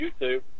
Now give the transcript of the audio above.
YouTube